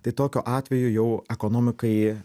tai tokiu atveju jau ekonomikai